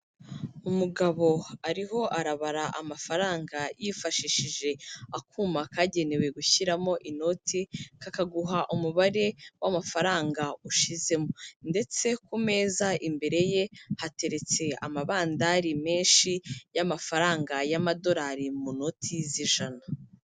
Umugabo ariho arabara amafaranga yifashishije akuma kagenewe gushyiramo inoti kakaguha umubare w'amafaranga ushyizemo. Ndetse ku meza imbere ye hateretse amabandari menshi y'amafaranga y'amadorari mu noti z'ijana.